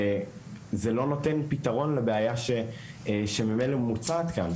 וזה לא נותן פתרון לבעיה שמוצעת כאן.